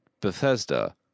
Bethesda